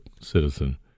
citizen